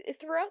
Throughout